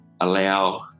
allow